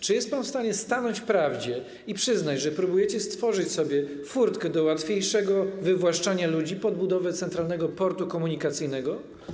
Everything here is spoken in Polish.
Czy jest pan w stanie stanąć w prawdzie i przyznać, że próbujecie stworzyć sobie furtkę do łatwiejszego wywłaszczania własności ludzi pod budowę Centralnego Portu Komunikacyjnego?